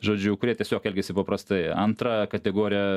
žodžiu kurie tiesiog elgiasi paprastai antra kategorija